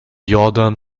jordan